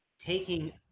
Taking